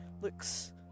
Looks